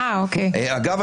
אגב,